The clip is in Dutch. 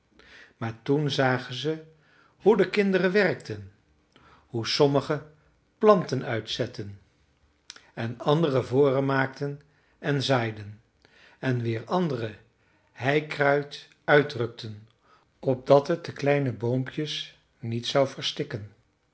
maar toen zagen ze hoe de kinderen werkten hoe sommige planten uitzetten en andere voren maakten en zaaiden en weer andere heikruid uitrukten opdat het de kleine boompjes niet zou verstikken